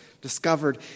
discovered